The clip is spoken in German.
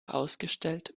ausgestellt